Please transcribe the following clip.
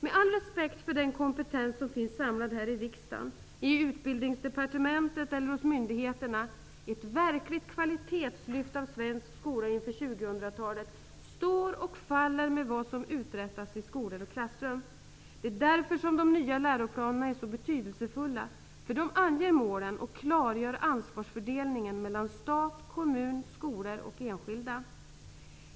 Med all respekt för den kompetens som finns samlad här i riksdagen, i Utbildningsdepartementet och hos myndigheterna vill jag säga att ett verkligt kvalitetslyft av svensk skola inför 2000-talet står och faller med vad som uträttas i skolor och klassrum. Det är därför de nya läroplanerna är så betydelsefulla. De anger målen och klargör ansvarsfördelningen mellan stat, kommuner, skolor och enskilda.